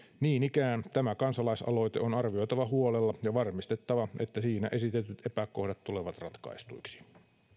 niin ikään tämä kansalaisaloite on arvioitava huolella ja on varmistettava että siinä esitetyt epäkohdat tulevat ratkaistuiksi